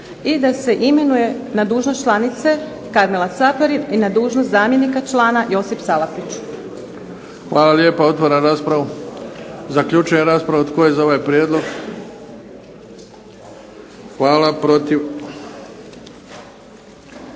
i da se imenuje na dužnost članice Karmela Caparin i na dužnost zamjenika člana Josip Salapić. **Bebić, Luka (HDZ)** Hvala lijepa. Otvaram raspravu. Zaključujem raspravu. Tko je za ovaj prijedlog? Hvala. Protiv?